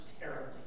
terribly